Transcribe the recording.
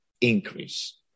increase